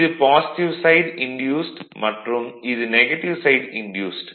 இது positive side induced மற்றும் இது நெகட்டிவ் சைட் இன்டியூஸ்ட்